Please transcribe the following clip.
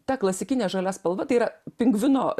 ta klasikinė žalia spalva tai yra pingvino